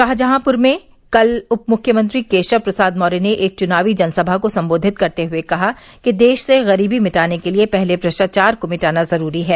शाहजहांपुर में कल उपमुख्यमंत्री केशव प्रसाद मौर्य ने एक चुनावी जनसभा को संबोधित करते हुए कहा कि देश से गरीबी मिटाने के लिये पहले भ्रष्टाचार को मिटाना जरूरी है